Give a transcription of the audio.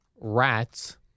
rats